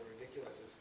ridiculous